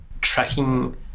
tracking